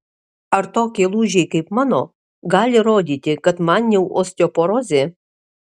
ar tokie lūžiai kaip mano gali rodyti kad man jau osteoporozė